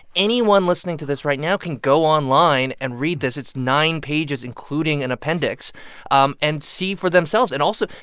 anyone listening to this right now can go online and read this it's nine pages, including an and appendix um and see for themselves. and also,